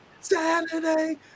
Saturday